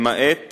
למעט